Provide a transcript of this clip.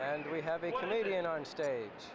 and we have a canadian on stage